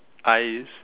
eyes